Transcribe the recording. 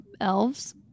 elves